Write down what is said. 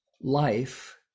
life